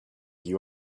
you